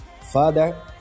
Father